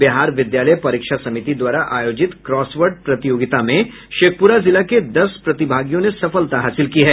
बिहार विद्यालय परीक्षा समिति द्वारा आयोजित क्रॉसवर्ड प्रतियोगिता में शेखपुरा जिला के दस प्रतिभागियों ने सफलता हासिल की है